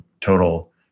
total